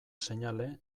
seinale